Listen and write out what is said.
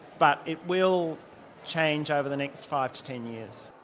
but it will change over the next five to ten years.